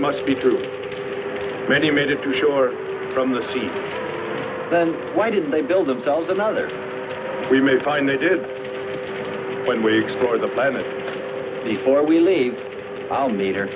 must be true many made it to shore from the sea then why didn't they build themselves another we may find they did when we explored the planet before we leave our meter